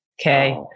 Okay